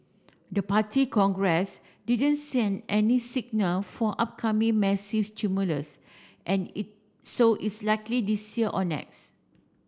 the Party Congress didn't send any signal for upcoming massive stimulus and it so it's unlikely this year or next